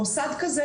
מוסד כזה,